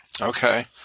Okay